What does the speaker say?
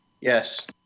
Yes